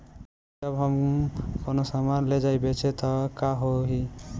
जब हम कौनो सामान ले जाई बेचे त का होही?